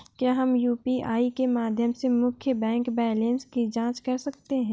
क्या हम यू.पी.आई के माध्यम से मुख्य बैंक बैलेंस की जाँच कर सकते हैं?